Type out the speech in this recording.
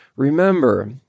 Remember